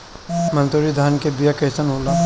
मनसुरी धान के बिया कईसन होला?